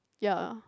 ya